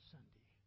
Sunday